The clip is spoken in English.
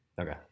Okay